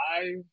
five